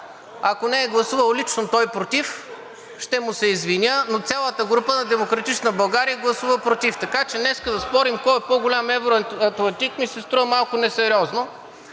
Ако не е гласувал лично той против, ще му се извиня, но цялата група на „Демократична България“ гласува против, така че днес да спорим кой е по-голям евроатлантик, ми се струва малко несериозно,